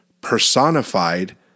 personified